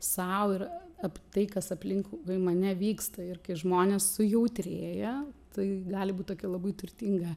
sau ir apie tai kas aplinkui mane vyksta ir kai žmonės sujautrėja tai gali būt tokia labai turtinga